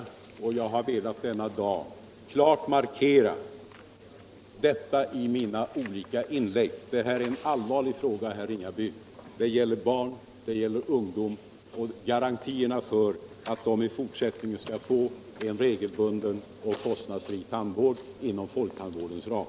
Det här är en allvarlig fråga, herr Ringaby. Det gäller barn och ungdom och garantierna för att de i fortsättningen på lika villkor skall få en regelbunden och kostnadsfri tandvård inom folktandvårdens ram.